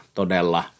todella